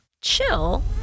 chill